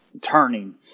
turning